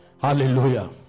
Hallelujah